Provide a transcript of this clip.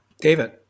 David